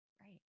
right